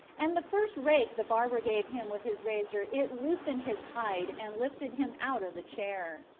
and the first rake the barber gave him with his razor it loosened his hide and lifted him out of the chair.